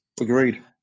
Agreed